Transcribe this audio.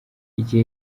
icyo